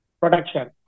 production